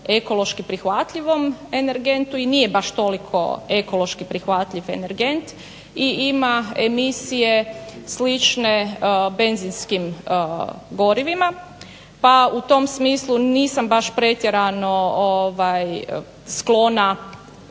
ekološki prihvatljivom energentu i nije baš toliko ekološki prihvatljiv energent i ima emisije slične benzinskim gorivima pa u tom smislu nisam baš pretjerano sklona